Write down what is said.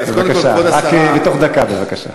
רק בתוך דקה, בבקשה.